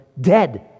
dead